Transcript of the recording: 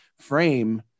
frame